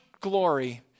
glory